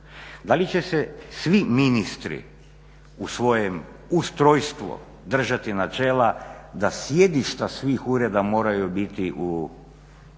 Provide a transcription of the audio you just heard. Da li će se svi ministri u svojem ustrojstvu držati načela da sjedišta svih ureda moraju biti u glavnim